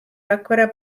rakvere